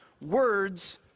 words